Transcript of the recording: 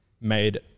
made